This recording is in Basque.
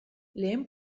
lehen